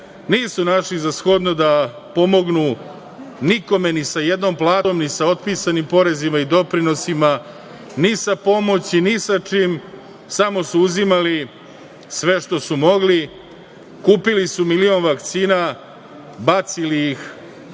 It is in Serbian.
Nisu našli za shodno da pomognu nikome ni sa jednom platom, ni sa otpisanim porezima i doprinosima, ni sa pomoći, ni sa čim, samo su uzimali sve što su mogli, kupili su milion vakcina, bacili ih